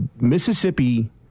Mississippi